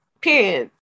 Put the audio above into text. period